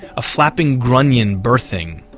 a flapping grunion birthing,